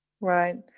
right